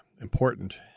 important